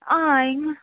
ஆ இன்னும்